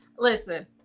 Listen